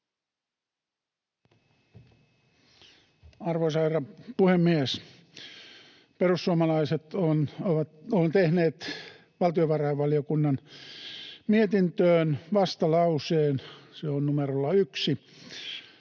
Arvoisa herra puhemies! Perussuomalaiset ovat tehneet valtiovarainvaliokunnan mietintöön vastalauseen. Se on numerolla 1.